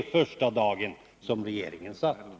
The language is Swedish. den första dagen som regeringen satt.